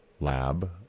lab